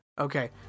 Okay